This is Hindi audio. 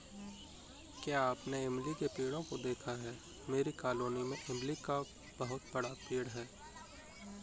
क्या आपने इमली के पेड़ों को देखा है मेरी कॉलोनी में इमली का बहुत बड़ा पेड़ है